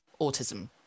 autism